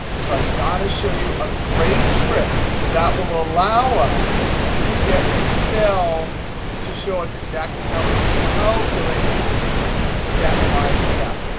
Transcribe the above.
so i've got to show you a great trick that will allow us to get excel to show us exactly how it calculated this step by step.